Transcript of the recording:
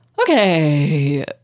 Okay